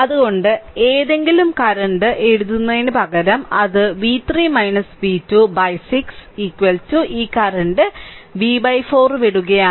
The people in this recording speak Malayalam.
അതിനാൽ ഏതെങ്കിലും കറന്റ് എഴുതുന്നതിനുപകരം അത് v3 v2 by 6 ഈ കറന്റ് v 4 വിടുകയാണ്